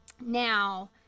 now